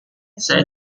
saya